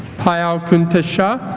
payal kuntesh shah